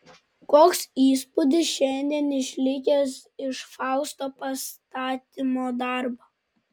koks įspūdis šiandien išlikęs iš fausto pastatymo darbo